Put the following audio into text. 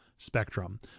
Spectrum